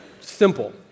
Simple